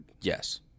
Yes